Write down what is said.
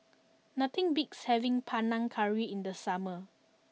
nothing beats having Panang Curry in the summer